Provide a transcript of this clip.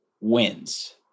wins